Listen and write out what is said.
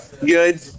Good